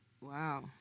Wow